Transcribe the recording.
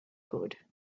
code